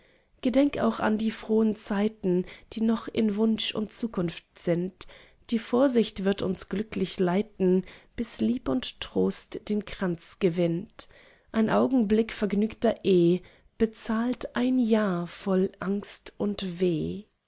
gedenk auch an die frohen zeiten die noch in wunsch und zukunft sind die vorsicht wird uns glücklich leiten bis lieb und treu den kranz gewinnt ein augenblick vergnügter eh bezahlt ein jahr voll angst und weh